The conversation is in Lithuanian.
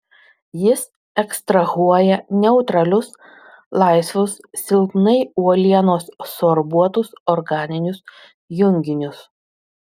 jis ekstrahuoja neutralius laisvus silpnai uolienos sorbuotus organinius junginius